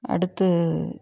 அடுத்து